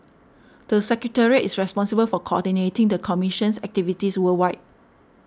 the secretariat is responsible for coordinating the commission's activities worldwide